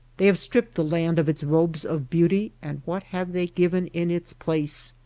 they have stripped the land of its robes of beauty, and what have they given in its place?